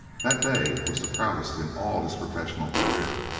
that day was the proudest in all his professional career.